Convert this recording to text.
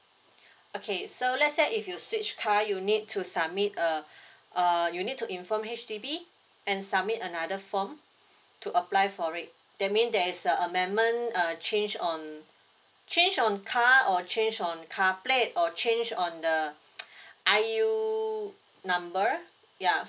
okay so let's say if you switch car you need to submit a uh you need to inform H_D_B and submit another form to apply for it that mean there's a amendment a change on change on car or change on car plate or change on the I_U number yeah